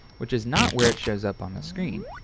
which is not where it shows up on the screen.